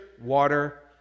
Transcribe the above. water